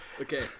Okay